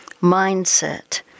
mindset